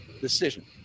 decision